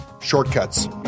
Shortcuts